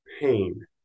pain